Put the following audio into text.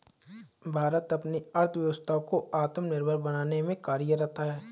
भारत अपनी अर्थव्यवस्था को आत्मनिर्भर बनाने में कार्यरत है